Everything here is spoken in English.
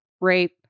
rape